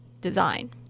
design